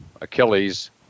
Achilles